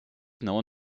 known